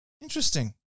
Interesting